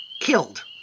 killed